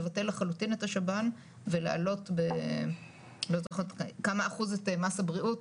לבטל לחלוטין את השב"ן ולהעלות בכמה אחוזים את מס הבריאות,